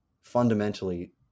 fundamentally